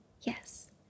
Yes